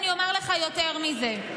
אני אומר לך עכשיו יותר מזה,